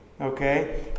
Okay